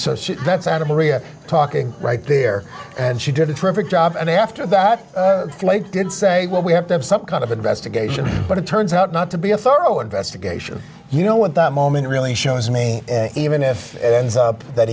maria talking right there and she did a terrific job and after that i did say well we have to have some kind of investigation but it turns out not to be a thorough investigation you know what that moment really shows me even if it ends up that